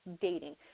dating